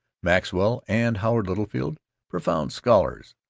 maxwell and howard littlefield profound scholars,